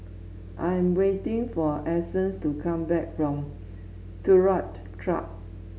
I am waiting for Essence to come back from Turut Track